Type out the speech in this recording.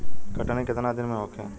कटनी केतना दिन में होखे?